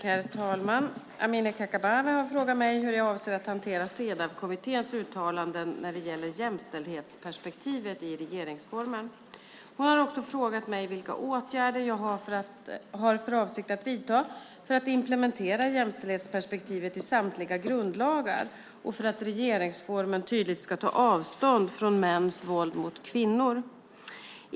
Herr talman! Amineh Kakabaveh har frågat mig hur jag avser att hantera Cedawkommitténs uttalanden när det gäller jämställdhetsperspektivet i regeringsformen. Hon har också frågat mig vilka åtgärder jag har för avsikt att vidta för att implementera jämställdhetsperspektivet i samtliga grundlagar och för att regeringsformen tydligt ska ta avstånd från mäns våld mot kvinnor.